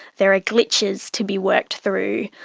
there are glitches to be worked through.